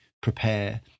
prepare